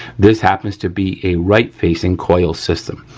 this happens to be a right facing coil system.